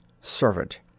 Servant